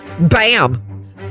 Bam